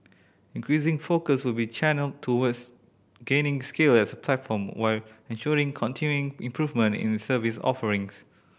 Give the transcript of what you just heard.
increasing focus will channelled towards gaining scale as a platform while ensuring continuing improvement in its service offering